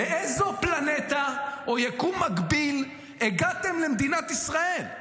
מאיזו פלנטה או יקום מקביל הגעתם למדינת ישראל?